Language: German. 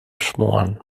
schmoren